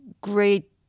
great